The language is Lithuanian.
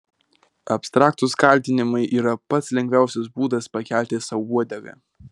abstraktūs kaltinimai yra pats lengviausias būdas pakelti sau uodegą